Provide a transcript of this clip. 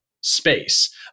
space